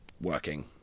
working